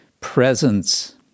presence